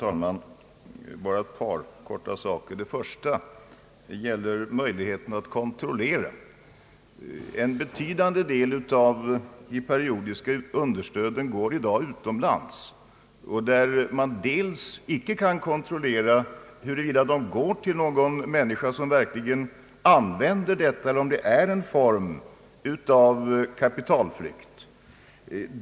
Herr talman! Bara ett par saker. Den första gäller möjligheten att kontrollera. En betydande del av de periodiska understöden går i dag utomlands. Man kan inte kontrollera huruvida de går till någon människa som använder pengarna eller om det är en form av kapitalflykt.